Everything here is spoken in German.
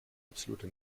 absolute